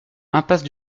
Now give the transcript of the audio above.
impasse